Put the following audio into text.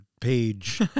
page